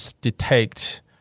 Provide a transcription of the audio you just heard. detect